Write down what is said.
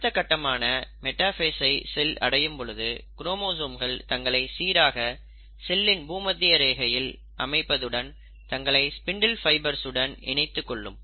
அடுத்த கட்டமான மெடாஃபேஸ் ஐ செல் அடையும் பொழுது குரோமோசோம்கள் தங்களை சீராக செல்லின் பூமத்திய ரேகையில் அமைப்பதுடன் தங்களை ஸ்பிண்டில் ஃபைபர்ஸ் உடன் இணைத்துக் கொள்ளும்